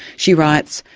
she writes,